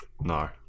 No